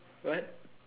what